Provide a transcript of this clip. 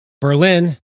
Berlin